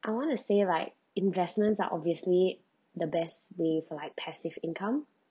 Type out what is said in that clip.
I want to say like investments are obviously the best way for like passive income